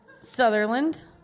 Sutherland